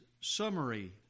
summary